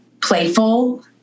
playful